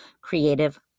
creative